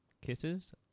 Kisses